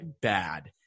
bad